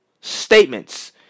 statements